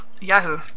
Yahoo